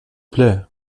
plaît